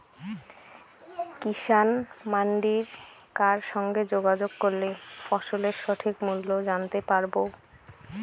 কিষান মান্ডির কার সঙ্গে যোগাযোগ করলে ফসলের সঠিক মূল্য জানতে পারবো?